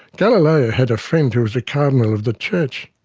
galileo had a friend who was a cardinal of the church.